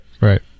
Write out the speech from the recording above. right